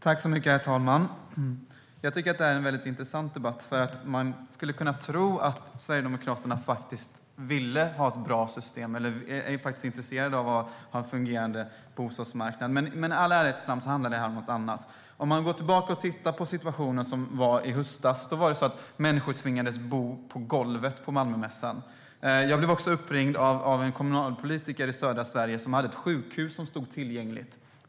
Herr talman! Jag tycker att detta är en väldigt intressant debatt. Man skulle kunna tro att Sverigedemokraterna faktiskt vill ha ett bra system eller att de är intresserade av att ha en fungerande bostadsmarknad. Men i ärlighetens namn handlar det här om något annat. Om man går tillbaka till hur situationen var i höstas vet man att människor tvingades bo på golvet på Malmömässan. Jag blev uppringd av en kommunalpolitiker i södra Sverige som hade ett sjukhus som stod tillgängligt.